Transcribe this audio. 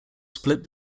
split